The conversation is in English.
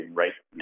right